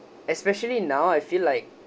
especially now I feel like